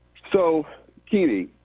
so kini,